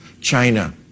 China